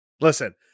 Listen